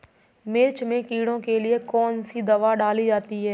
मिर्च में कीड़ों के लिए कौनसी दावा डाली जाती है?